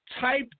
type